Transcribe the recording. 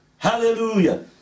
Hallelujah